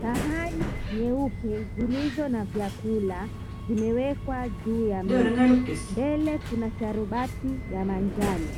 Sahani nyeupe zilizo na vyakula zimewekwa juu ya meza. Mbele kuna sharubati ya manjano.